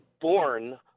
born